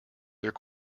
their